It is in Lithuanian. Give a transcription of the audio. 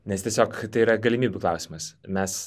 nes tiesiog tai yra galimybių klausimas mes